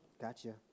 Gotcha